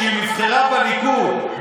כשהיא נבחרה בליכוד,